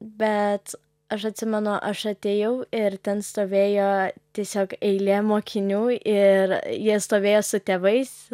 bet aš atsimenu aš atėjau ir ten stovėjo tiesiog eilė mokinių ir jie stovėjo su tėvais